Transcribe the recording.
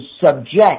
subject